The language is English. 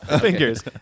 Fingers